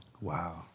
Wow